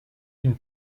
une